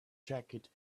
jacket